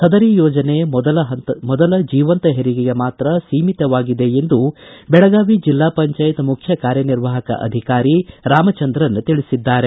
ಸದರಿ ಯೋಜನೆ ಮೊದಲ ಜೀವಂತ ಹೆರಿಗೆಗೆ ಮಾತ್ರ ಸೀಮಿತವಾಗಿದೆ ಎಂದು ಬೆಳಗಾವಿ ಜಿಲ್ಲಾ ಪಂಚಾಯತ್ ಮುಖ್ಯಕಾರ್ಯನಿರ್ವಾಹಕ ಅಧಿಕಾರಿ ರಾಮಚಂದ್ರನ್ ತಿಳಿಸಿದ್ದಾರೆ